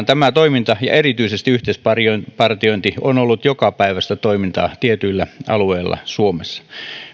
tämä toiminta ja erityisesti yhteispartiointi ovat olleet jokapäiväistä toimintaa tietyillä alueilla suomessa